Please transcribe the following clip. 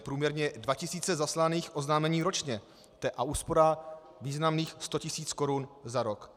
Průměrně dva tisíce zaslaných oznámení ročně, to je úspora významných 100 tisíc korun za rok.